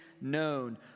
known